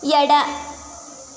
ಎಡ